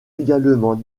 également